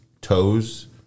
toes